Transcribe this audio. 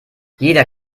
jeder